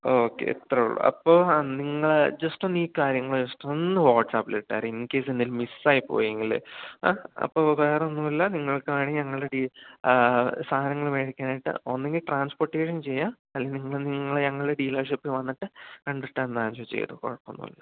okay ഇത്രയേയുള്ളു അപ്പോൾ നിങ്ങൾ ജസ്റ്റ് ഒന്ന് ഈ കാര്യങ്ങൾ ജസ്റ്റ് ഒന്ന് വാട്സപ്പിലിട്ടേര് ഇൻകേസ് എന്തെങ്കിലും മിസ്സായി പോയെങ്കിൽ അപ്പോൾ വേറൊന്നുമില്ല നിങ്ങൾക്ക് ഞങ്ങൾ സാധനങ്ങൾ മേടിക്കാനായിട്ട് ഒന്നെങ്കിൽ ട്രാൻസ്പോർട്ടേഷൻ ചെയ്യുക അല്ലെങ്കിൽ നിങ്ങൾ ഞങ്ങളെ ഡീലർഷിപ്പ് വന്നിട്ട് കണ്ടിട്ട് എന്താ വെച്ചാൽ ചെയ്തോളൂ കുഴപ്പമൊന്നുമില്ല